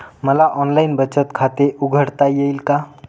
मला ऑनलाइन बचत खाते उघडता येईल का?